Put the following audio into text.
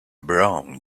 brown